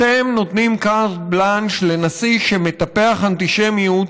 אתם נותנים carte blanche לנשיא שמטפח אנטישמיות